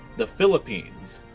the philippines,